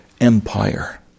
empire